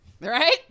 Right